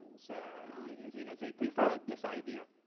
so you know they prefer this idea.